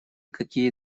какие